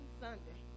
sunday